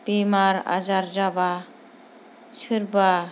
बेमार आजार जाब्ला सोरबा